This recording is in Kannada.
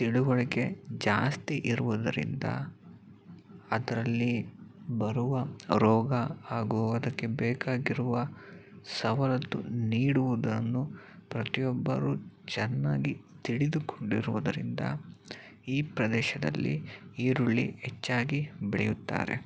ತಿಳುವಳಿಕೆ ಜಾಸ್ತಿ ಇರುವುದರಿಂದ ಅದರಲ್ಲಿ ಬರುವ ರೋಗ ಹಾಗು ಅದಕ್ಕೆ ಬೇಕಾಗಿರುವ ಸವಲತ್ತು ನೀಡುವುದನ್ನು ಪ್ರತಿಯೊಬ್ಬರೂ ಚೆನ್ನಾಗಿ ತಿಳಿದುಕೊಂಡಿರುವುದರಿಂದ ಈ ಪ್ರದೇಶದಲ್ಲಿ ಈರುಳ್ಳಿ ಹೆಚ್ಚಾಗಿ ಬೆಳೆಯುತ್ತಾರೆ